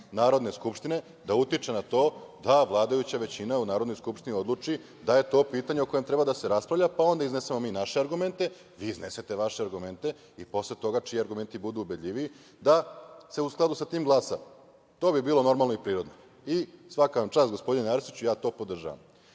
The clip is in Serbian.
Narodne skupštine da utiče na to da vladajuća većina u Narodnoj skupštini odluči da je to pitanje o kome treba da se raspravlja, pa onda da iznesemo mi naše argumente, vi iznesete vaše argumente i posle toga, čiji argumenti budu ubedljiviji, da se u skladu sa tim glasa. To bi bilo normalno i prirodno. Svaka vam čast gospodine Arsiću, to podržavam. Vi